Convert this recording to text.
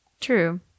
True